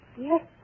Yes